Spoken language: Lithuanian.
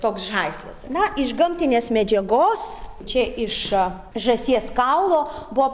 toks žaislas na iš gamtinės medžiagos čia iš žąsies kaulo buvo